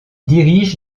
dirige